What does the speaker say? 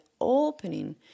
opening